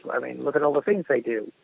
i mean, look at all the things they do,